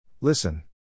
Listen